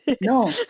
No